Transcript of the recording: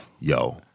yo